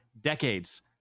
decades